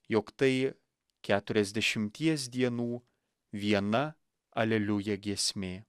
jog tai keturiasdešimties dienų viena aleliuja giesmė